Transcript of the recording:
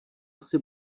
asi